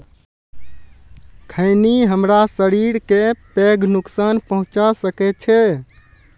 खैनी हमरा शरीर कें पैघ नुकसान पहुंचा सकै छै